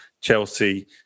Chelsea